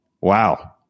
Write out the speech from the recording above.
wow